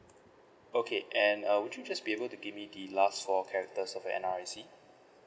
okay and um would you just be able to give me the last four characters of your N_R_I_C